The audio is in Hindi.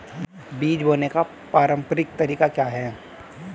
बीज बोने का पारंपरिक तरीका क्या है?